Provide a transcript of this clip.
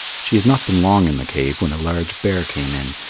she had not been long in the cave when a large bear came in,